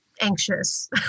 anxious